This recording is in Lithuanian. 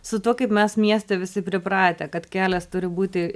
su tuo kaip mes mieste visi pripratę kad kelias turi būti